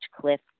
cliff